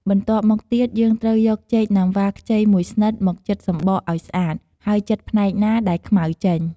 បន្ទាប់មកទៀត យើងត្រូវយកចេកណាំវ៉ាខ្ចីមួយស្និតមកចិតសំបកឱ្យស្អាត ហើយចិតផ្នែកណាដែលខ្មៅចេញ។